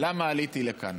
למה עליתי לכאן